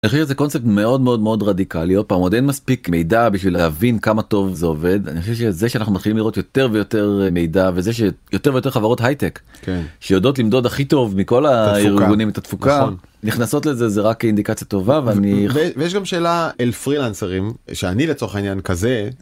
זה קונספט מאוד מאוד מאוד רדיקלי עוד פעם עוד אין מספיק מידע בשביל להבין כמה טוב זה עובד אני חושב שזה שאנחנו מכירים לראות יותר ויותר מידע וזה שיותר ויותר חברות הייטק שיודעות למדוד הכי טוב מכל הארגונים את התפוקה נכנסות לזה זה רק אינדיקציה טובה ואני ויש גם שאלה אל פרילנסרים שאני לצורך העניין כזה.